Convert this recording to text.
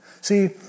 See